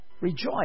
rejoice